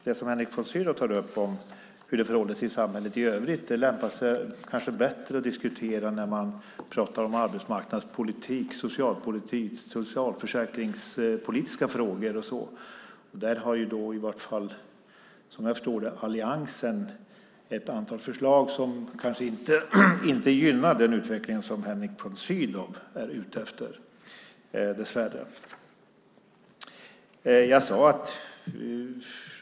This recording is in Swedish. Det som Henrik von Sydow tar upp om hur det förhåller sig i samhället i övrigt lämpar sig kanske bättre att diskutera när man pratar om arbetsmarknadspolitik, socialpolitik och socialförsäkringspolitik. Där har ju alliansen, som jag förstår, ett antal förslag som kanske dessvärre inte gynnar den utveckling som Henrik von Sydow är ute efter.